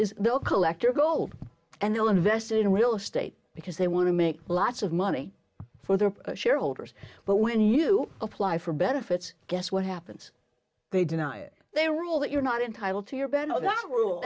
is they'll collect your gold and they'll invest in real estate because they want to make lots of money for their shareholders but when you apply for benefits guess what happens they deny it they rule that you're not entitled to your ben